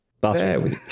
Bathroom